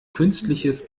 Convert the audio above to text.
künstliches